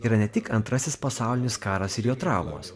yra ne tik antrasis pasaulinis karas ir jo traumos